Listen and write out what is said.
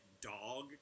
dog